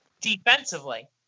defensively